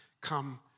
come